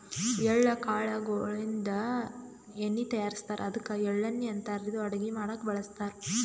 ಎಳ್ಳ ಕಾಳ್ ಗೋಳಿನ್ದ ಎಣ್ಣಿ ತಯಾರಿಸ್ತಾರ್ ಅದ್ಕ ಎಳ್ಳಣ್ಣಿ ಅಂತಾರ್ ಇದು ಅಡಗಿ ಮಾಡಕ್ಕ್ ಬಳಸ್ತಾರ್